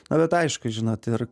na bet aišku žinot ir